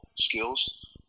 skills